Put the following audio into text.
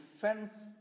fence